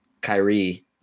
Kyrie